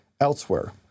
elsewhere